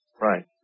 Right